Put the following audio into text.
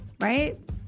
right